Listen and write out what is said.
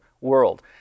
world